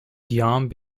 guillaume